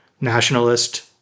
nationalist